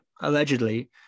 allegedly